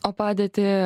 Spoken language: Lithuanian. o padėtį